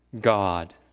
god